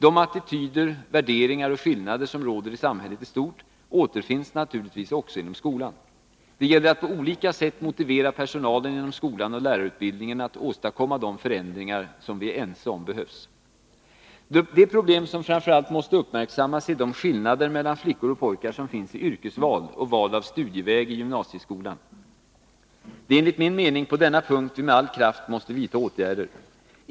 De attityder, värderingar och skillnader som råder i samhället i stort återfinns naturligtvis också inom skolan. Det gäller att på olika sätt motivera personalen inom skolan och lärarutbildningen att åstadkomma de förändringar som vi är ense om behövs. Det problem som framför allt måste uppmärksammas är de skillnader mellan flickor och pojkar som finns i yrkesval och val av studieväg i gymnasieskolan. Det är enligt min mening på denna punkt vi med all kraft måste vidta åtgärder.